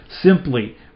Simply